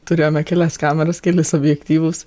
turėjome kelias kameras kelis objektyvus